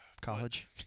College